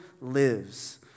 lives